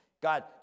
God